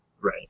Right